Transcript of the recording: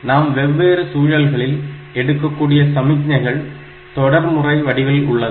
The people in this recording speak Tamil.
நாம் வெவ்வேறு சூழல்களில் எடுக்கக்கூடிய சமிக்ஞைகள் தொடர்முறை வடிவில்தான் உள்ளது